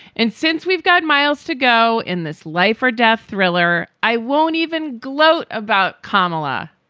and since we've got miles to go in this life or death thriller, i won't even gloat about carmela.